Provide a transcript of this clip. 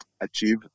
achieve